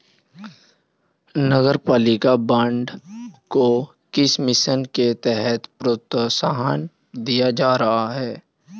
नगरपालिका बॉन्ड को किस मिशन के तहत प्रोत्साहन दिया जा रहा है?